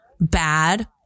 bad